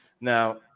Now